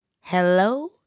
Hello